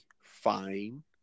fine